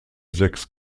sechs